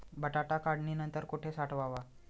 बटाटा काढणी नंतर कुठे साठवावा?